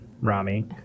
Rami